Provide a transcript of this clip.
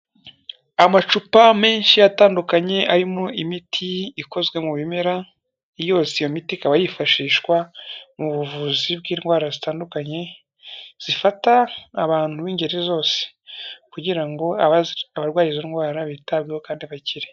Amacupa menshi atandukanye arimo imiti ikozwe mu bimera, yose iyo miti ikaba yifashishwa mu buvuzi bw'indwara zitandukanye zifata abantu b'ingeri zose kugira ngo abarwaye izo ndwara bitabweho kandi bakire.